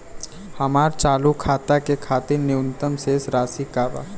हमार चालू खाता के खातिर न्यूनतम शेष राशि का बा?